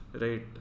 right